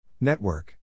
Network